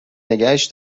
نگهش